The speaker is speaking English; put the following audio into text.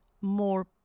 more